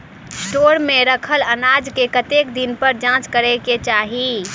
Store मे रखल अनाज केँ कतेक दिन पर जाँच करै केँ चाहि?